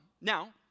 Now